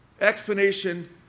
Explanation